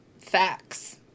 Facts